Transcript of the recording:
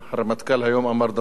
הרמטכ"ל אמר היום דבר חשוב,